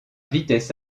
vitesse